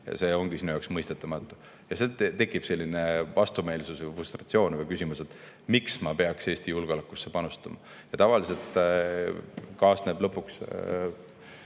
ja see on sinu jaoks mõistetamatu. Tekib selline vastumeelsus või frustratsioon või küsimus, et miks ma peaks Eesti julgeolekusse panustama. Tavaliselt kaasneb lõpuks